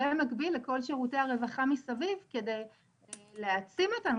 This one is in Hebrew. ובמקביל לכל שירותי הרווחה מסביב על מנת להעצים אותנו.